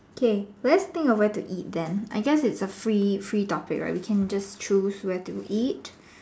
K let's think of where to eat then I guess it's a free free topic right we can just choose where to eat